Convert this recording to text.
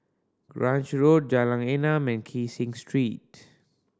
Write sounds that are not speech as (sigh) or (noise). Grange Road Jalan Enam and Kee (unintelligible) Street